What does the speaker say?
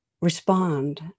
respond